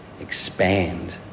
expand